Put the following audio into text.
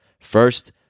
first